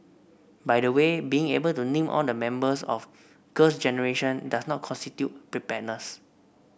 by the way being able to name all the members of Girls Generation does not constitute preparedness